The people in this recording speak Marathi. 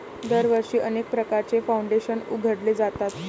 दरवर्षी अनेक प्रकारचे फाउंडेशन उघडले जातात